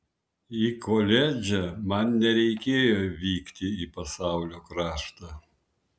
į koledžą man nereikėjo vykti į pasaulio kraštą